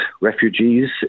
refugees